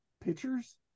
pitchers